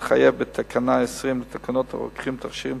כמתחייב בתקנה 20 לתקנות הרוקחים (תכשירים),